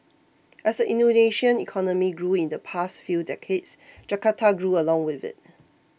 as the Indonesian economy grew in the past few decades Jakarta grew along with it